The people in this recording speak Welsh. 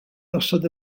osod